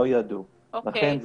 לכן,